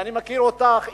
ואני מכיר אותך,